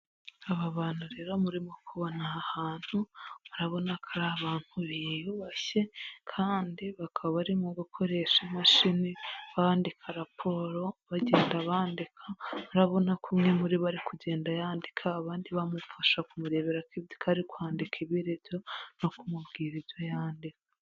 Aba bantu rero murimo kubona aha hantu murabona ko ari abantu biyubashye kandi bakaba barimo gukoresha imashini bandika raporo, bagenda bandika. Urarabona ko umwe muri bo ari kugenda yandika, abandi bamufasha kumurebera ko ari kwandika ibiri byo no kumubwira ibyo yandika.